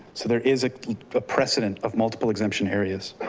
so there is a precedent of multiple exemption areas.